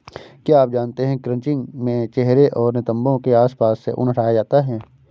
क्या आप जानते है क्रचिंग में चेहरे और नितंबो के आसपास से ऊन हटाया जाता है